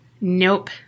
Nope